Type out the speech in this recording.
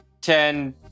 ten